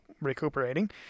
recuperating